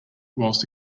while